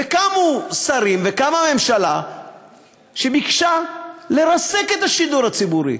וקמו שרים וקמה ממשלה שביקשה לרסק את השידור הציבורי.